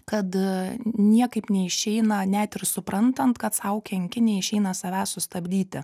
kad a niekaip neišeina net ir suprantant kad sau kenki neišeina savęs sustabdyti